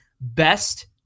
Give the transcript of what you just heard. best